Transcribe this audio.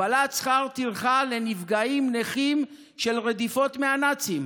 הגבלת שכר טרחה לנפגעים נכים של רדיפות מהנאצים,